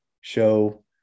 show